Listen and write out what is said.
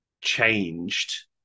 changed